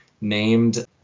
named